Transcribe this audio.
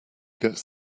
gets